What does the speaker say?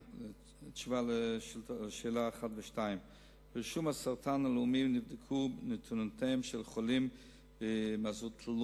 2. ברישום הסרטן הלאומי נבדקו נתוניהם של חולים במזותליומה,